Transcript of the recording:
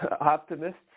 Optimists